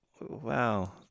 Wow